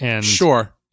Sure